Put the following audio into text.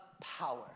power